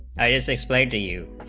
is explained to you